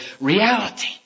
reality